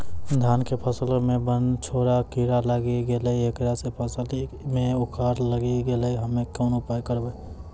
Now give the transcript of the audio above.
धान के फसलो मे बनझोरा कीड़ा लागी गैलै ऐकरा से फसल मे उखरा लागी गैलै हम्मे कोन उपाय करबै?